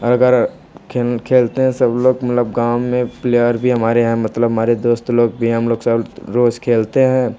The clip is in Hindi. और अगर खेल खेलते हैं सब लोग मतलब गाँव में प्लेयर भी हमारे यहाँ मतलब हमारे दोस्त लोग भी हम लोग सब रोज खेलते हैं